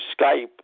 Skype